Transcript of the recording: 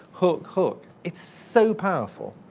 hook, hook. it's so powerful,